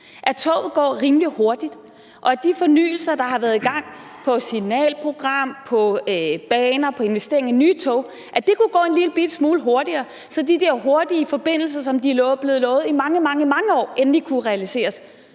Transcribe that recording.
at toget gik rimelig hurtigt, og at de fornyelser, der har været i gang med signalprogram, med baner og på investeringer i nye tog, kunne gå en lillebitte smule hurtigere, så de der hurtige forbindelser, som de er blevet lovet i mange, mange år, endelig kunne realiseres.